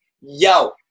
Yo